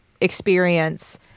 experience